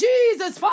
Jesus